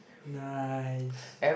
nice